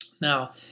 Now